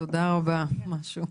תודה רבה, זה משהו,